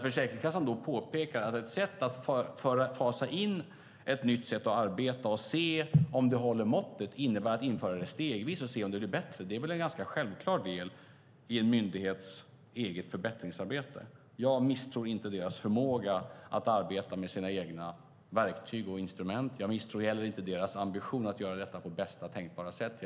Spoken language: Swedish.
Försäkringskassan påpekar att ett sätt att fasa in en ny arbetsmetod och se om den håller måttet innebär att införa den stegvis och se om det blir bättre, och det är väl en ganska självklar del i en myndighets eget förbättringsarbete. Jag misstror inte Försäkringskassans förmåga att arbeta med sina verktyg. Jag misstror heller inte deras ambition att göra detta på bästa tänkbara sätt.